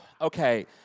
Okay